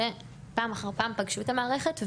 שפעם אחר פעם פגשו את המערכת,